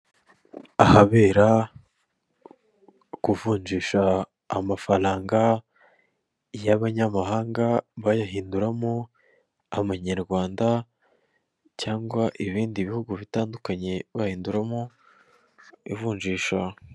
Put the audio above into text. Ahabera kuvunjisha amafaranga y'abanyamahanga bayahinduramo amanyarwanda cyangwa ibindi bihugu bitandukanye bahinduramo ivunjisha.